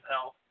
Health